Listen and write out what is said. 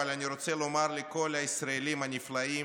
אבל אני רוצה לומר לכל הישראלים הנפלאים